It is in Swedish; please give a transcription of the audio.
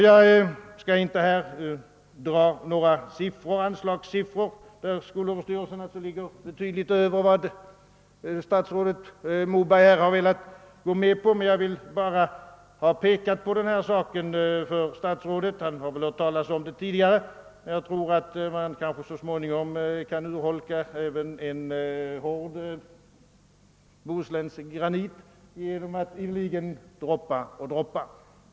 Jag skall inte här dra några anslagssiffror, men skolöverstyrelsen har begärt betydligt mer än vad statsrådet Moberg velat gå med på. Statsrådet har naturligtvis hört talas om det förut men jag vill ändå peka på detta, ty jag tror att man så småningom kan urholka även en hård bohuslänsk granit genom att ideligen låta det droppa på den.